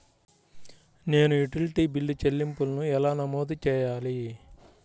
నేను utility bill చెల్లింపులను ఎలా నమోదు చేయాలి?